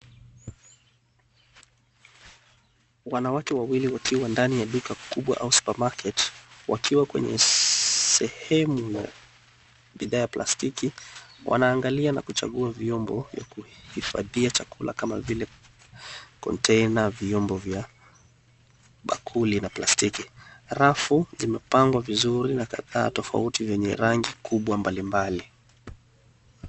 Wanawake wawili wakiwa ndani ya duka kubwa au supermarket , wakiwa kwenye sehemu ya bidhaa ya plastiki. Wanaangalia na kuchagua vyombo vya kuhifadhia chukula kama vile container , vyombo vya bakuli na plastiki. Rafu zimepangwa vizuri na kadhaa tofauti vyenye rangi kubwa mbalimbali.